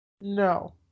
No